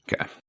Okay